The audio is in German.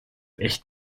echt